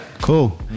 cool